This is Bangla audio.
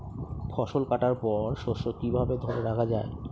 ফসল কাটার পর শস্য কিভাবে ধরে রাখা য়ায়?